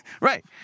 Right